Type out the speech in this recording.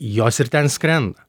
jos ir ten skrenda